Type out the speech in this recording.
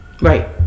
Right